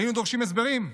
היינו דורשים הסברים.